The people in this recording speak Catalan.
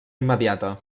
immediata